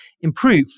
improve